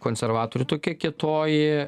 konservatorių tokia kietoji